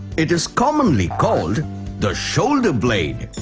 it is commonly called the shoulder blade.